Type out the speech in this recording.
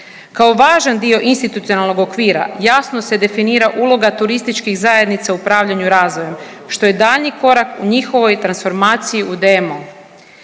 Kao važan dio institucionalnog okvira jasno se definira uloga turističkih zajednica u upravljanju razvojem što je daljnji korak u njihovoj transformaciji u DMO.